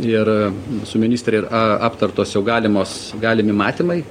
ir su ministre ir a aptartos jau galimos galimi matymai